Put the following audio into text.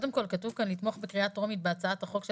קודם כל כתוב כאן לתמוך בקריאה טרומית בהצעת החוק של